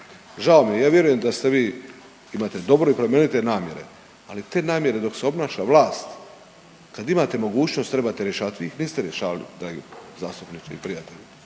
Žao mi je, ja vjerujem da ste vi, imate dobre i plemenite namjere, ali te namjere dok se obnaša vlast, kad imate mogućnost trebate rješavat vi, niste rješavali dragi zastupniče i prijatelju.